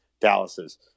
Dallas's